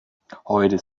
heute